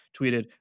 tweeted